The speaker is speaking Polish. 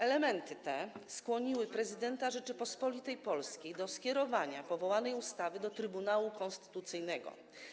Elementy te skłoniły prezydenta Rzeczypospolitej Polskiej do skierowania powołanej ustawy do Trybunału Konstytucyjnego.